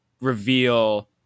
reveal